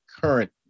current